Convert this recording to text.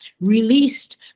released